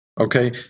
Okay